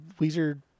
Weezer